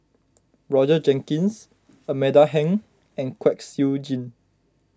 Roger Jenkins Amanda Heng and Kwek Siew Jin